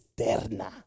eterna